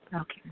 Okay